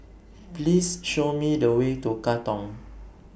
Please Show Me The Way to Katong